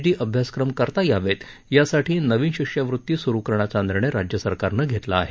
D अभ्यासक्रम करता यावेत यासाठी नवीन शिष्यवृत्ती सुरू करण्याचा निर्णय राज्य सरकारनं घेतला आहे